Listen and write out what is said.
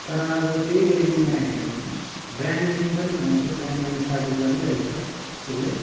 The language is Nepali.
तर अब त्यही रेडमीमा हेऱ्यो भने ब्रान्ड नेम पनि हो अहिले ब्रान्ड नेम स्टाब्लिज गरिसकेको छ त्यसले